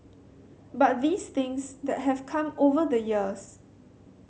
but these things that have come over the years